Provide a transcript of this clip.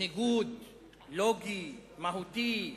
ניגוד לוגי, מהותי,